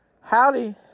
Howdy